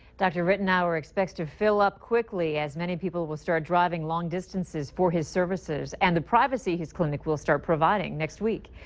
dr. rittenour expects to fill up quickly, as many people will start driving long distances for his services, and the privacy his clinic will start providing next week.